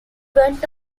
went